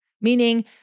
Meaning